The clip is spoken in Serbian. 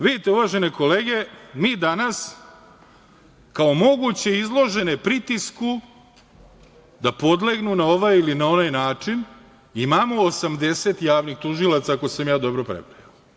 Vidite, uvažene kolege, mi danas kao moguće izložene pritisku, da podlegnu na ovaj ili onaj način, imamo 80 javnih tužilaca, ako sam ja dobro prebrojao.